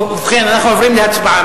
ובכן, אנחנו עוברים להצבעה.